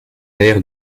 aire